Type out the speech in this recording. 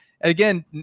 Again